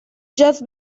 just